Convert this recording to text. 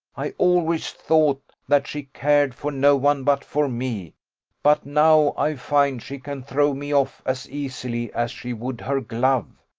i always thought that she cared for no one but for me but now i find she can throw me off as easily as she would her glove.